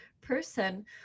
person